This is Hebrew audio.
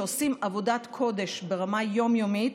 שעושים עבודת קודש ברמה היום-יומית